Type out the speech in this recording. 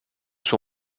suo